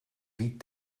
wiet